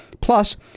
plus